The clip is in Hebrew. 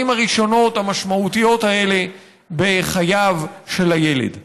הראשונות המשמעותיות האלה בחייו של הילד.